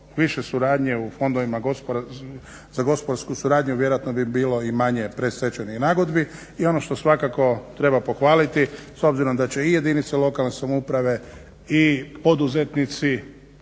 više suradnje u fondovima za gospodarsku suradnju vjerojatno bi bilo i manje predstečajnih nagodbi. I ono što svakako treba pohvaliti s obzirom da će i jedinice lokalne samouprave i poduzetnici